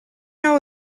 know